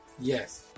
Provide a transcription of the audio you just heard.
Yes